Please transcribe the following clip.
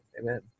Amen